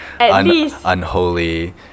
unholy